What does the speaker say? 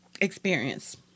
experience